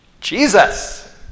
Jesus